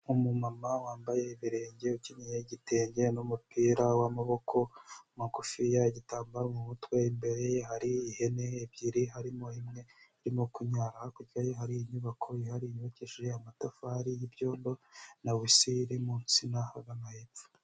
Umumama wambaye ibirenge ukenyeye igitenge n'umupira w'amaboko, magufiya igitambaro mu mutwe imbere ye hari ihene ebyiri harimo imwe irimo kunyara hakurya ye hari inyubako yihariye yubakisheje amatafari y'ibyondo, na wese iri munsina hagana hepfo.